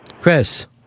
Chris